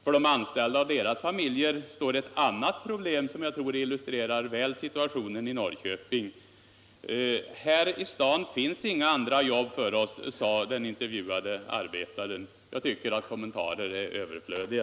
För de anställda och deras familjer står i förgrunden ett annat problem, som jag tror väl illustrerar situationen i Norrköping: ”Här i stan finns ju inga andra jobb för oss”, sade den intervjuade arbetaren. Jag tycker att kommentarer är överflödiga.